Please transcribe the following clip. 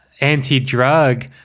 anti-drug